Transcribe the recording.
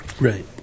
Right